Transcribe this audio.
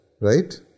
right